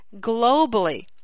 globally